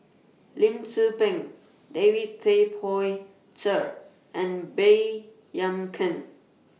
Lim Tze Peng David Tay Poey Cher and Baey Yam Keng